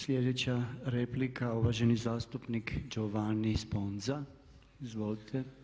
Sljedeća replika uvaženi zastupnik Giovanni Sponza, izvolite.